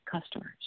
customers